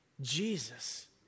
Jesus